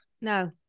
No